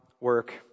work